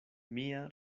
mia